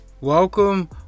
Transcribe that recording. Welcome